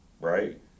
right